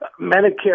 Medicare